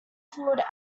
fluid